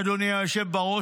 אדוני היושב בראש,